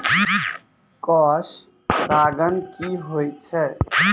Cross परागण की होय छै?